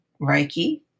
Reiki